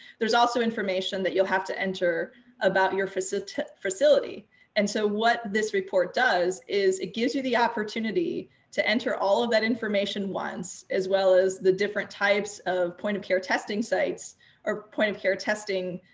there's also information that you'll have to enter about your facility facility. paula braun and so what this report does, is it gives you the opportunity to enter all of that information once, as well as the different types of point of care testing sites or point of care testing.